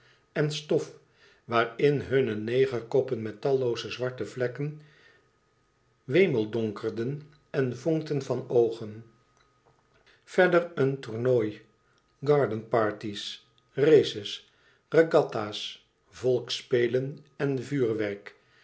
en stof waarin hunne negerkoppen met tallooze zwarte vlekken wemeldonkerden en vonkten van oogen verder een tornooi garden partys races regatta's volksspelen en vuurwerk